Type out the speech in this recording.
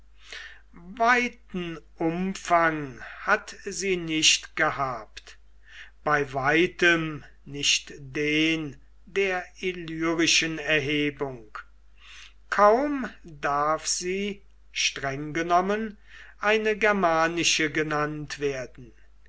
weiten umfang hat sie nicht gehabt bei weitem nicht den der illyrischen erhebung kaum darf sie streng genommen eine germanische genannt werden